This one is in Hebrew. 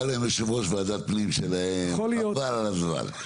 היה להם יושב ראש ועדת פנים שלהם, חבל על הזמן.